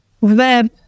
web